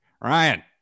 Ryan